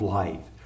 life